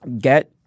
get—